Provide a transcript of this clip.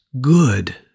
good